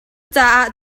caah